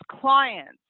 clients